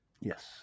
Yes